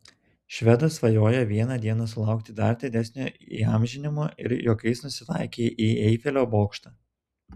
švedas svajoja vieną dieną sulaukti dar didesnio įamžinimo ir juokais nusitaikė į eifelio bokštą